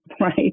right